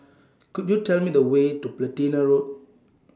Could YOU Tell Me The Way to Platina Road